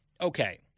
Okay